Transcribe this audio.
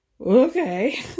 Okay